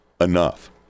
enough